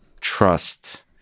trust